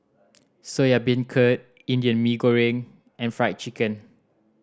Soya Beancurd Indian Mee Goreng and Fried Chicken